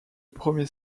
premier